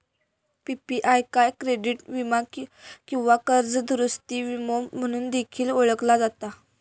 PPI का credit वीमा किंवा कर्ज दुरूस्ती विमो म्हणून देखील ओळखला जाता